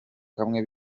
kamwe